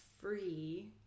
free